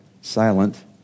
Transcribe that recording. silent